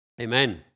Amen